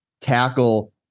tackle